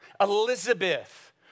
Elizabeth